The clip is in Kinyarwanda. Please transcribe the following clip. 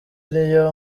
niyo